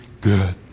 good